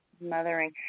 Mothering